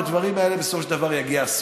בדברים האלה בסופו של דבר יגיע הסוף,